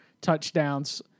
touchdowns